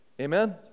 Amen